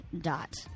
dot